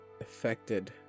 affected